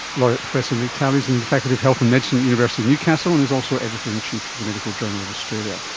laureate professor nick talley is in the faculty of health and medicine at the university of newcastle and is also editor in chief of the medical journal of australia.